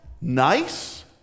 nice